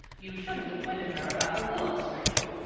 you shouldn't have twitted her about her looks, rachel.